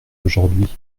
aujourd’hui